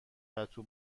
پتو